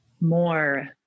more